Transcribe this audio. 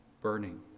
burning